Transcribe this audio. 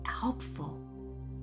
helpful